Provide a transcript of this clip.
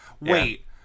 Wait